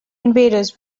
invaders